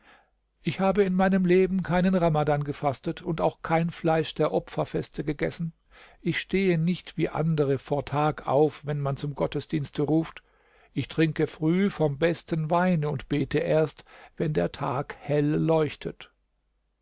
ich habe in meinem leben keinen ramadan gefastet und auch kein fleisch der opferfeste gegessen ich stehe nicht wie andere vor tag auf wenn man zum gottesdienste ruft ich trinke früh vom besten weine und bete erst wenn der tag hell leuchtet